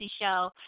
show